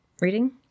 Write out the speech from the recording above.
reading